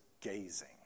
gazing